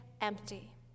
empty